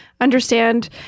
understand